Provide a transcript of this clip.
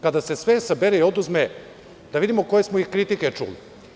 Kada se sve sabere i oduzme, da vidimo koje smo i kritike čuli.